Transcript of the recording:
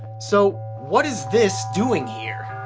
so what is this doing here?